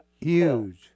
Huge